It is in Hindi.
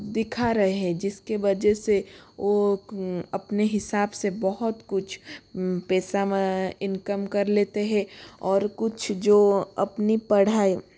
दिखा रहें है जिसके वजह से वो अपने हिसाब से बहुत कुछ पैसा इनकम कर लेते है और कुछ जो अपनी पढ़ाई